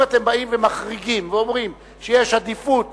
אם אתם באים ומחריגים ואומרים שיש עדיפות